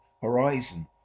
Horizon